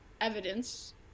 evidence